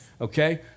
Okay